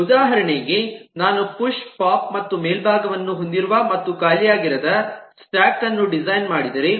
ಉದಾಹರಣೆಗೆ ನಾನು push pop ಮತ್ತು ಮೇಲ್ಭಾಗವನ್ನು ಹೊಂದಿರುವ ಮತ್ತು ಖಾಲಿಯಾಗಿರದ ಸ್ಟಾಕ್ ಅನ್ನು ಡಿಸೈನ್ ಮಾಡಿದರೆ